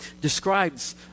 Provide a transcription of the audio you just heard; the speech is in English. describes